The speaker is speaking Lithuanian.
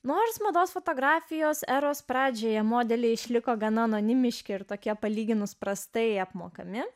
nors mados fotografijos eros pradžioje modeliai išliko gana anonimiški ir tokia palyginus prastai apmokami